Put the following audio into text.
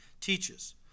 teaches